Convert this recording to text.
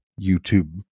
YouTube